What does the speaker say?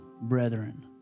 brethren